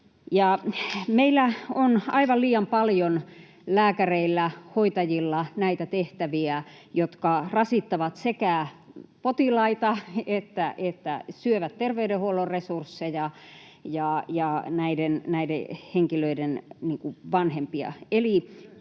Meillä on aivan liian paljon lääkäreillä, hoitajilla näitä tehtäviä, jotka sekä rasittavat potilaita että syövät terveydenhuollon resursseja ja näiden henkilöiden vanhempia.